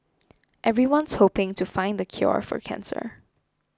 everyone's hoping to find a cure for cancer